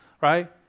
right